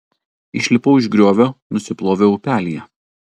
išlipau iš griovio nusiploviau upelyje